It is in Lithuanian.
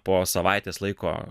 po savaitės laiko